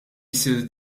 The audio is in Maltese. jsir